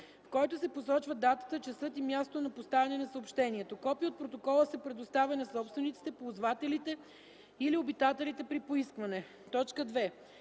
в който се посочва датата, часът и мястото на поставяне на съобщението. Копие от протокола се предоставя на собствениците, ползвателите или обитателите при поискване.” 2.